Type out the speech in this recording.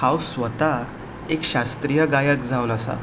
हांव स्वता एक शास्त्रीय गायक जावन आसा